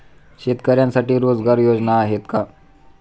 शेतकऱ्यांसाठी रोजगार योजना आहेत का?